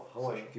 so